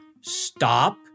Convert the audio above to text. Stop